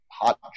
hot